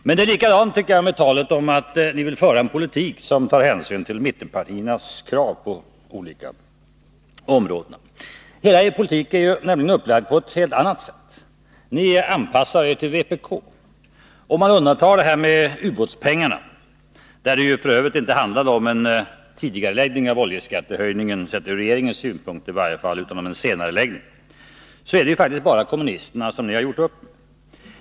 Det är likadant med talet om att ni vill föra en politik som tar hänsyn till mittenpartiernas krav på olika områden. Hela er politik är nämligen upplagd på ett helt annat sätt: Ni anpassar er till vpk. Om man undantar detta med ubåtspengarna — där det f. ö. inte handlade om en tidigareläggning av oljeskattehöjningen, sett ur regeringens synpunkt, utan om en senareläggning — är det faktiskt bara kommunisterna som ni har gjort upp med.